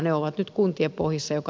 ne ovat nyt kuntien pohjissa